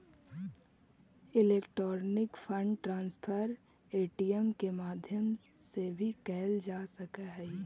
electronic fund transfer ATM के माध्यम से भी कैल जा सकऽ हइ